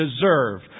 deserve